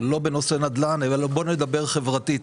לא בנושא נדל"ן אלא בואו נדבר חברתית.